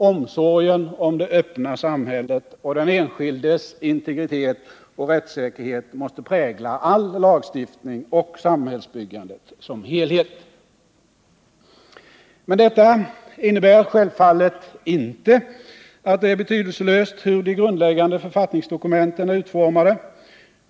Omsorgen om det öppna samhället och den enskildes integritet och rättssäkerhet måste prägla all lagstiftning och samhällsbyggandet som helhet. Men detta innebär självfallet inte att det är betydelselöst hur de grundläggande författningsdokumenten är utformade.